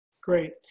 Great